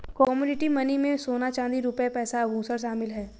commodity money में सोना चांदी रुपया पैसा आभुषण शामिल है